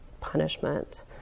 punishment